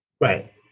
Right